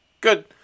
good